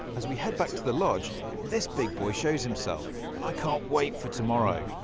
as we head back to the lodge this big boy shows himself and i can not wait for tomorrow.